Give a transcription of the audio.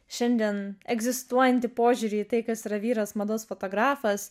šiandien egzistuojantį požiūrį į tai kas yra vyras mados fotografas